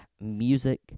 Music